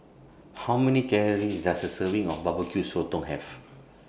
How Many Calories Does A Serving of Barbecue Sotong Have